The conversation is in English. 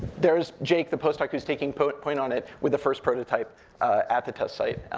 there's jake, the postdoc, who's taking point point on it with the first prototype at the test site.